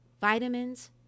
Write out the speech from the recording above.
vitamins